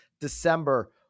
December